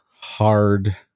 hard